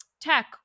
tech